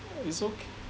it's ok~